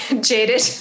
jaded